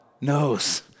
knows